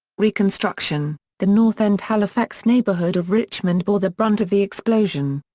reconstruction the north end halifax neighbourhood of richmond bore the brunt of the explosion.